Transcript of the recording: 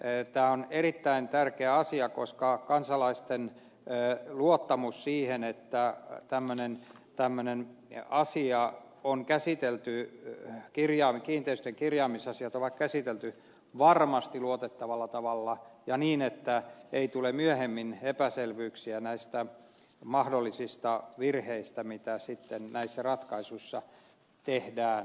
tämä on erittäin tärkeä asia koska kansalaisilla on luottamus siihen että kiinteistön kirjaamisasiat on käsitelty yhtä kirjan kiinteistön kirjaamisasiatova käsitelty varmasti luotettavalla tavalla ja niin että ei tule myöhemmin epäselvyyksiä näistä mahdollisista virheistä mitä sitten näissä ratkaisuissa tehdään